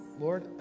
Lord